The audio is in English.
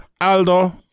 Aldo